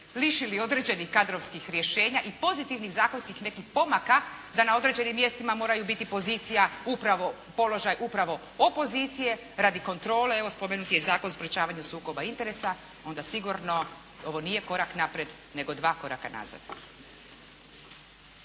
lišili određenih kadrovskih rješenja i pozitivnih zakonskih nekih pomaka da na određenim mjestima moraju biti pozicija, upravo, položaj upravo opozicije, radi kontrole, evo spomenut je i Zakon o sprječavanju sukoba interesa, onda sigurno ovo nije korak naprijed, nego dva koraka nazad.